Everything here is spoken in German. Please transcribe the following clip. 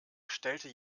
stellte